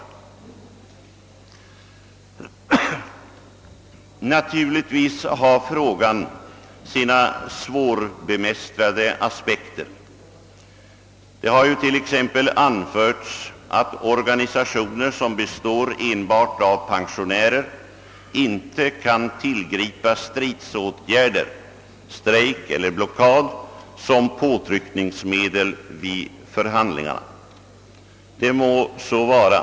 Naturligtvis har frågan sina svårbemästrade aspekter. Det har t.ex. anförts att organisationer som består enbart av pensionärer inte kan tillgripa stridsåtgärder, strejk eller blockad som påtryckningsmedel vid förhandlingar. Det må så vara.